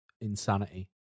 insanity